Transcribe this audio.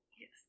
Yes